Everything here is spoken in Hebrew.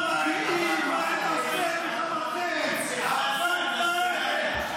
חברת הכנסת עאידה תומא סלימאן, אינה נוכחת.